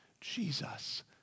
Jesus